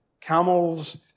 Camels